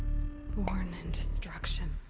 born in destruction.